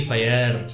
Fire